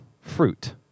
fruit